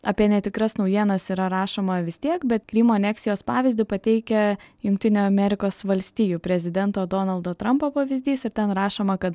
apie netikras naujienas yra rašoma vis tiek bet krymo aneksijos pavyzdį pateikia jungtinių amerikos valstijų prezidento donaldo trampo pavyzdys ir ten rašoma kad